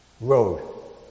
road